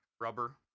rubber